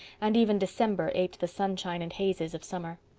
and even december aped the sunshine and hazes of summer.